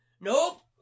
nope